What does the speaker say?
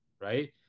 Right